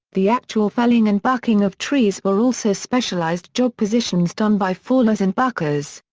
the actual felling and bucking of trees were also specialized job positions done by fallers and bucker's.